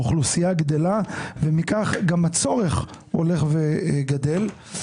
האוכלוסייה גדלה ומכך גם הצורך הולך וגדל.